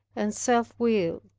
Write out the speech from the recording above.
and self-will.